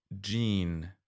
Gene